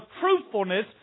truthfulness